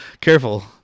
Careful